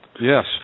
Yes